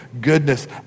goodness